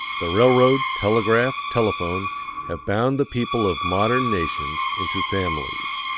the railroad, telegraph, telephone have bound the people of modern nations into families.